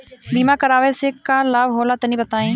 बीमा करावे से का लाभ होला तनि बताई?